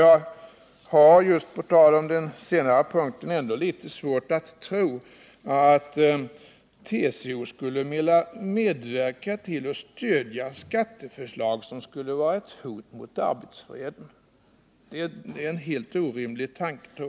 På tal om den senare punkten har jag litet svårt att tro att TCO skulle vilja stödja skatteförslag som skulle vara ett hot mot arbetsfreden. Det tror jag är en helt orimlig tanke.